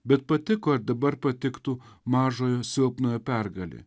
bet patiko ir dabar patiktų mažojo silpnojo pergalė